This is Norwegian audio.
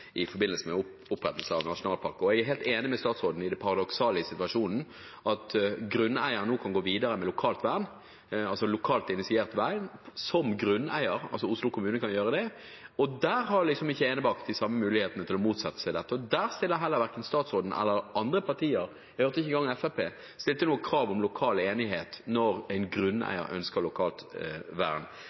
kan gå videre med lokalt initiert vern, og Enebakk har ikke de samme mulighetene til å motsette seg dette. Og der stiller verken statsråden eller andre partier – ikke engang Fremskrittspartiet – noe krav om lokal enighet når en grunneier ønsker lokalt vern.